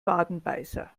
wadenbeißer